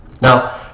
Now